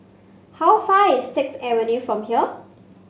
how far is Sixth Avenue from here